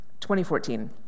2014